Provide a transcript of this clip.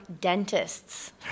Dentists